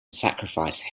sacrifice